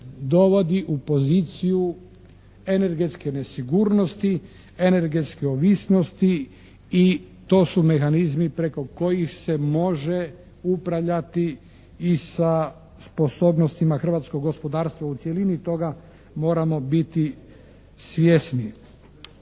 dovodi u poziciju energetske nesigurnosti, energetske ovisnosti i to su mehanizmi preko kojih se može upravljati i sa sposobnostima hrvatskog gospodarstva u cjelini. Toga moramo biti svjesni.